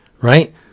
right